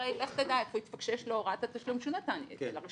אחרי לך תדע איפה התפקשש לו הוראת התשלום שהוא נתן הראשון,